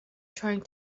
trying